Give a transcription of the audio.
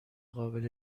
قابل